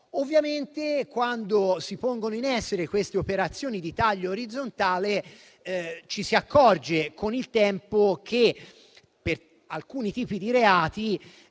Ovviamente, quando si pongono in essere queste operazioni di taglio orizzontale, ci si accorge con il tempo che, per alcuni tipi di reati,